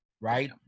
right